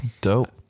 Dope